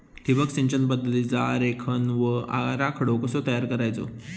ठिबक सिंचन पद्धतीचा आरेखन व आराखडो कसो तयार करायचो?